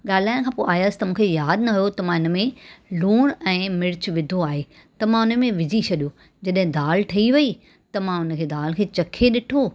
ॻाल्हाइण खां पोइ आयुसि त मूंखे यादि न हुओ त मां हिन में लूण ऐं मिर्च विधो आहे त मां हुन में विझी छॾियो जॾहिं दालि ठई वेई त मां हुन दालि खे चखे ॾिठो